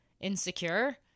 Insecure